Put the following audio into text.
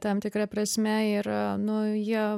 tam tikra prasme ir nu jie